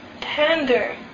tender